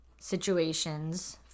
situations